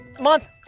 month